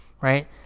right